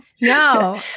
No